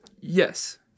Yes